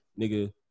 nigga